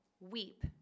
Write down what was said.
weep